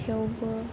थेवबो